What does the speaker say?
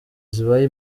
zibaye